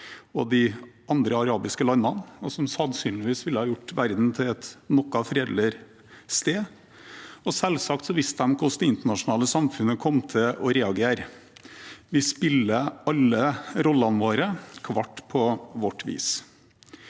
og de andre arabiske landene, og som sannsynligvis ville gjort verden til et noe fredeligere sted. Selvsagt visste de hvordan det internasjonale samfunnet kom til å reagere. Vi spiller alle rollene våre, hver på vårt vis.